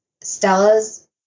Stella's